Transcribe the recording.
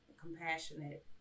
compassionate